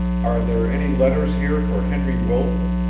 are there any letters here for henry wilton?